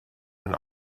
and